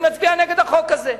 אני מצביע נגד החוק הזה.